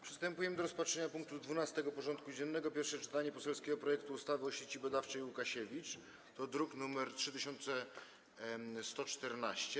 Przystępujemy do rozpatrzenia punktu 12. porządku dziennego: Pierwsze czytanie poselskiego projektu ustawy o Sieci Badawczej Łukasiewicz (druk nr 3114)